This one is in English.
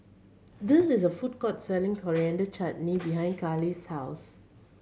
this is a food court selling Coriander Chutney behind Kali's house